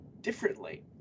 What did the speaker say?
differently